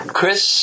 Chris